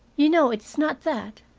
you know it is not that.